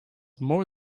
more